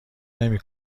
نمی